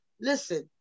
listen